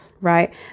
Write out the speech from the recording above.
right